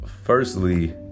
Firstly